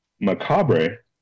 macabre